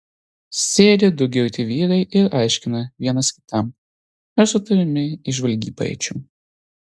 sėdi du girti vyrai ir aiškina vienas kitam aš su tavimi į žvalgybą eičiau